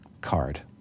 card